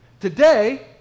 Today